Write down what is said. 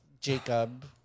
Jacob